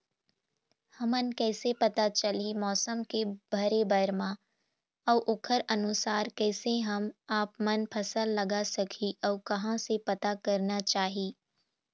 हमन कैसे पता चलही मौसम के भरे बर मा अउ ओकर अनुसार कैसे हम आपमन फसल लगा सकही अउ कहां से पता करना चाही?